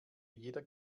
jeder